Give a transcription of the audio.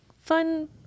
fun